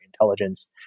intelligence